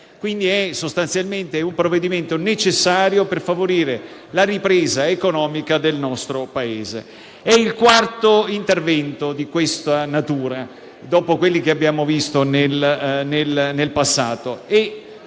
quindi sostanzialmente un provvedimento necessario per favorire la ripresa economica del nostro Paese. Si tratta del quarto intervento di questa natura, dopo quelli che abbiamo visto nel passato,